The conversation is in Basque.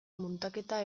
muntaketa